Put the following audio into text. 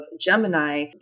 Gemini